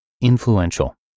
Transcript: Influential